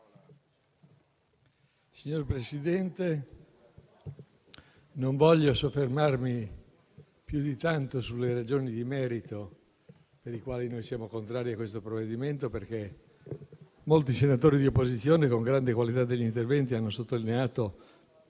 Signora Presidente, non intendo soffermarmi più di tanto sulle ragioni di merito per le quali noi siamo contrari a questo provvedimento, perché molti senatori di opposizione, con grande qualità degli interventi, hanno sottolineato